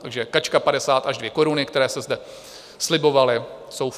Takže kačka padesát až dvě koruny, které se zde slibovaly, jsou fuč.